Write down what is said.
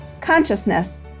consciousness